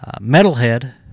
Metalhead